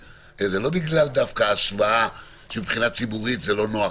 לא דווקא בגלל ההשוואה שמבחינה ציבורית זה לא נוח,